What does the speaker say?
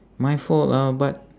my fault ah but